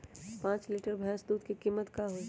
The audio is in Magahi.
पाँच लीटर भेस दूध के कीमत का होई?